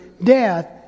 death